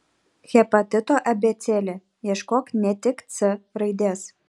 hepatito abėcėlė ieškok ne tik c raidės